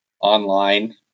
online